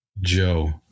Joe